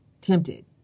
tempted